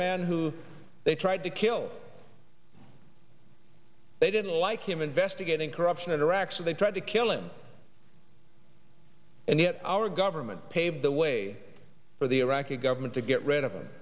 man who they tried to kill they didn't like him investigating corruption in iraq so they tried to kill him and yet our government paved the way for the iraqi government to get rid of him